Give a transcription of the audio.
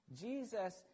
Jesus